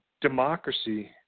democracy